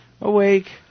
awake